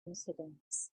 incidents